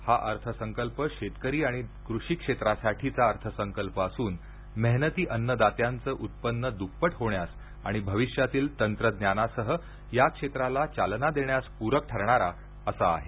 हा अर्थसंकल्प शेतकरी आणि कृषी क्षेत्रासाठीचा अर्थसंकल्प असून मेहनती अन्नदात्यांचं उत्पन्न दुप्पट होण्यास आणि भविष्यातील तंत्रज्ञानासह या क्षेत्राला चालना देण्यास पूरक ठरणारा असा आहे